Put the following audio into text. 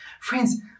Friends